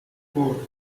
four